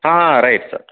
ಹಾಂ right sir